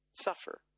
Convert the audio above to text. suffer